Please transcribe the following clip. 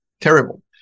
terrible